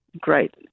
great